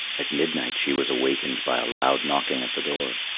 at midnight she was awakened by a loud knocking at the door.